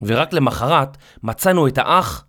ורק למחרת מצאנו את האח.